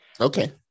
Okay